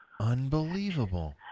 Unbelievable